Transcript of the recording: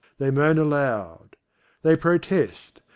they moan aloud they protest,